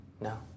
No